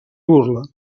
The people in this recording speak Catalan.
burla